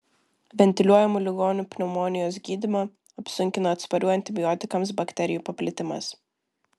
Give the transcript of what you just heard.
ventiliuojamų ligonių pneumonijos gydymą apsunkina atsparių antibiotikams bakterijų paplitimas